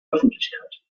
öffentlichkeit